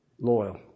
loyal